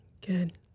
good